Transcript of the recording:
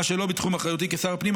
מה שלא בתחום אחריותי כשר הפנים,